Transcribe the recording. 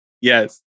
yes